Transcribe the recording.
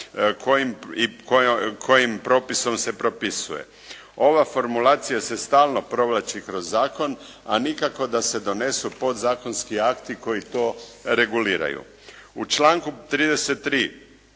kojim propisom se propisuje. Ova formulacija se stalno provlači kroz zakon a nikako da se donesu podzakonski akti koji to reguliraju. U članku 33.